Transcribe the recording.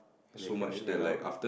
and they fit in right now